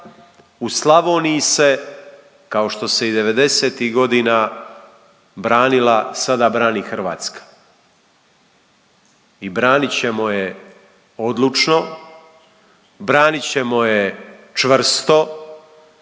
u Slavoniji se kao što se i devedesetih godina branila sada brani Hrvatska. I branit ćemo je odlučno, branit ćemo je čvrsto,